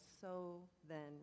so-then